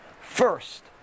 First